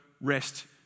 rest